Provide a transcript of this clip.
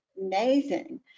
Amazing